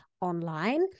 online